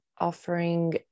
offering